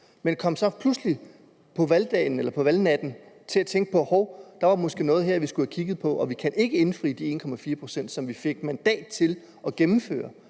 eller på valgnatten til at tænke, at hov, der var måske noget her, man skulle have kigget på, og man kunne ikke indfri de 1,4 pct., som man fik mandat til at gennemføre.